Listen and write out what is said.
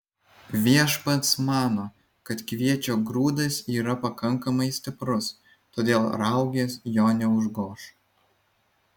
viešpats mano kad kviečio grūdas yra pakankamai stiprus todėl raugės jo neužgoš